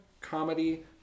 comedy